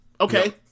Okay